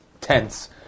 tense